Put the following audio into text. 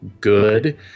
good